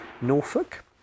Norfolk